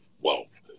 wealth